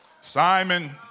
Simon